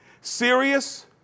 Serious